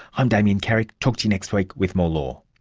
i'm damien carrick, talk to you next week with more law